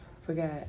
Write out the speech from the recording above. forgot